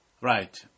Right